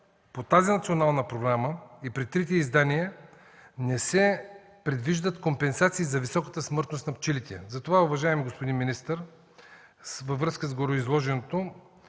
по тази национална програма и при трите й издания не се предвиждат компенсации за високата смъртност на пчелите. Уважаеми господин министър, във връзка с гореизложеното